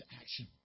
action